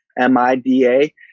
M-I-D-A